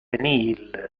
nihil